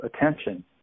attention